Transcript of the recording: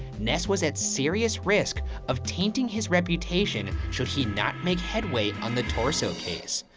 ness was at serious risk of tainting his reputation should he not make headway on the torso case.